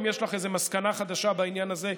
אם יש לך איזו מסקנה חדשה בעניין הזה,